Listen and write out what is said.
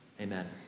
Amen